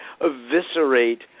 eviscerate